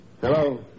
Hello